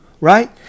right